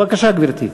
בבקשה, גברתי.